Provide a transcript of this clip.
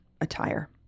attire